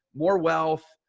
more wealth,